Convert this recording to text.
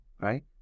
right